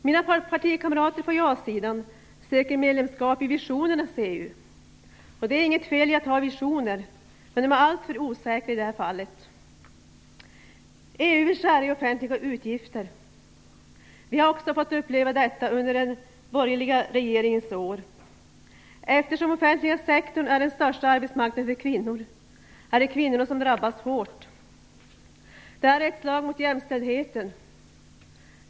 Mina partikamrater på ja-sidan söker medlemskap i visionernas EU. Det är inget fel i att ha visioner, men de är alltför osäkra i det här fallet. EU vill skära i offentliga utgifter. Vi har också fått uppleva detta under den borgerliga regeringens år. Eftersom den offentliga sektorn är den största arbetsmarknaden för kvinnor är det kvinnorna som drabbas hårt. Detta är ett slag mot jämställdheten.